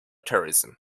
terrorism